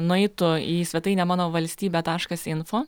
nueitų į svetainę mano valstybė taškas info